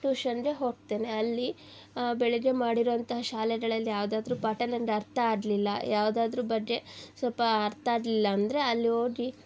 ಟೂಷನ್ಗೆ ಹೋಗ್ತೇನೆ ಅಲ್ಲಿ ಬೆಳಗ್ಗೆ ಮಾಡಿರುವಂಥ ಶಾಲೆಗಳಲ್ಲಿ ಯಾವುದಾದ್ರು ಪಾಠ ನಂಗೆ ಅರ್ಥ ಆಗಲಿಲ್ಲ ಯಾವ್ದಾದ್ರ ಬಗ್ಗೆ ಸ್ವಲ್ಪ ಅರ್ಥ ಆಗಲಿಲ್ಲ ಅಂದರೆ ಅಲ್ಲಿ ಹೋಗಿ